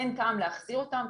אין טעם להחזיר אותן,